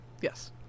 yes